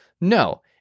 No